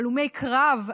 הלומי קרב,